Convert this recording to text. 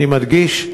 ואני מדגיש,